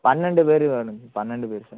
பன்னெண்டு பேர் வர்றோம் பன்னெண்டு பேர் சார்